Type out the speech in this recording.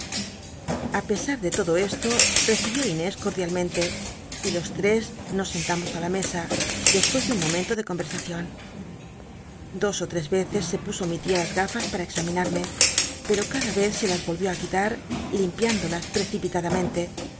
a pesar l e e to ccibio á inés coi iialmcnlc y los tres nos sentamos i la mesa despues de un momento de convc sacion dos ó tres veces se puso mi tia las gafas para examinarme pero cada rcz se las oi'ió á quitar limpiándolas